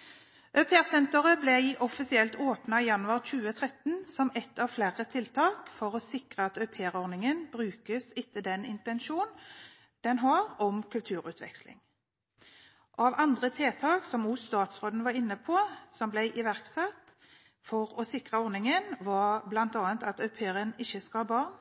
ble offisielt åpnet januar 2013 som et av flere tiltak for å sikre at aupairordningen brukes etter den intensjon den har om kulturutveksling. Av andre tiltak som også statsråden var inne på, og som ble iverksatt for å sikre ordningen, var bl.a. at au pairen ikke skal ha barn,